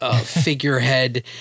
figurehead